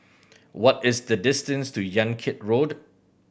what is the distance to Yan Kit Road